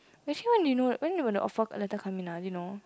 actually when do you know when will the offer letter come in ah do you know